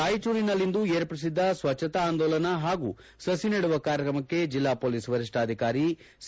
ರಾಯಚೂರಿನಲ್ಲಿಂದು ಏರ್ಪಡಿಸಿದ್ದ ಸ್ವಚ್ಛತಾ ಆಂದೋಲನ ಹಾಗೂ ಸಸಿ ನೆಡುವ ಕಾರ್ಯತ್ರಮಕ್ಕೆ ಜಿಲ್ಲಾ ಪೊಲೀಸ್ ವರಿಷ್ಠಾದಿಕಾರಿ ಸಿ